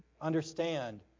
understand